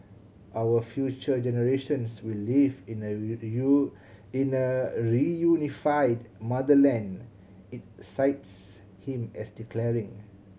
our future generations will live in a in a reunified motherland it cites him as declaring